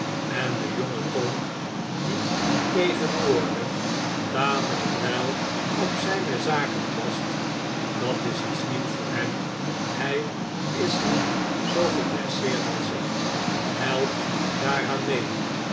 en de jonge tom die tegenwoordig tamelijk wel op zijne zaken past dat is iets nieuws voor hem hij is niet zoo gedresseerd als ik helpt daaraan mee